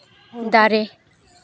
ᱫᱟᱨᱮ